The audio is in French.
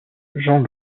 jean